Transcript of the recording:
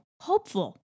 hopeful